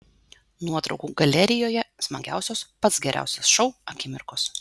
nuotraukų galerijoje smagiausios pats geriausias šou akimirkos